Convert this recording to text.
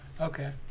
Okay